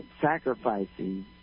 sacrificing